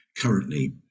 currently